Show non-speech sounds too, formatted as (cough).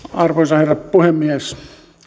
(unintelligible) arvoisa herra puhemies